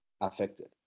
affected